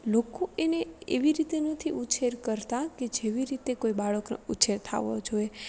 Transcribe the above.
લોકો એને એવી રીતે નથી ઉછેર કરતા કે જેવી રીતે કોઈ બાળકનો ઉછેર થવો જોઈએ